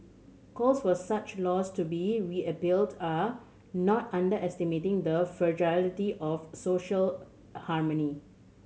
calls for such laws to be are not underestimating the fragility of social harmony